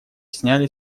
сняли